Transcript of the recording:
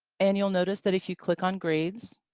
and you'll notice that if you click on grades,